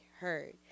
heard